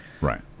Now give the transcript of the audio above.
Right